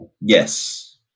Yes